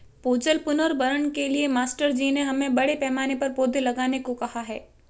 भूजल पुनर्भरण के लिए मास्टर जी ने हमें बड़े पैमाने पर पौधे लगाने को कहा है